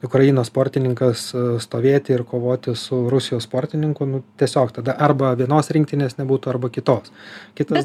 ukrainos sportininkas stovėti ir kovoti su rusijos sportininku nu tiesiog tada arba vienos rinktinės nebūtų arba kitos kitas